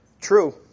True